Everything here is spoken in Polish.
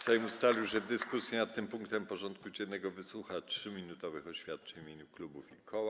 Sejm ustalił, że w dyskusji nad tym punktem porządku dziennego wysłucha 3-minutowych oświadczeń w imieniu klubów i koła.